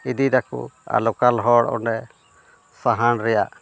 ᱤᱫᱤ ᱫᱟᱠᱚ ᱟᱨ ᱞᱳᱠᱟᱞ ᱦᱚᱲ ᱚᱸᱰᱮ ᱥᱟᱦᱟᱱ ᱨᱮᱭᱟᱜ